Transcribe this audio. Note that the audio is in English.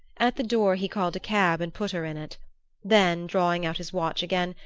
at the door he called a cab and put her in it then, drawing out his watch again,